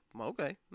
okay